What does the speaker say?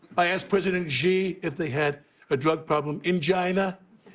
i asked president xi if they had a drug problem in china.